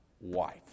wife